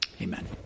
Amen